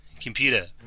Computer